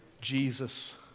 Jesus